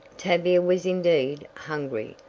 tavia was indeed hungry,